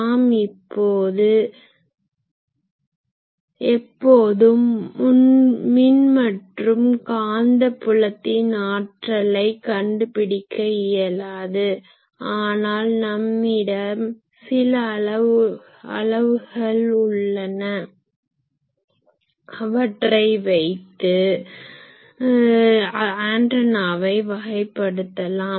நாம் எப்போதும் மின் மற்றும் காந்த புலத்தின் ஆற்றலை கண்டு பிடிக்க இயலாது ஆனால் நம்மிடம் சில அளவுகள் உள்ளன அவற்றை வைத்து ஆன்டனாவை வகைப்படுத்தலாம்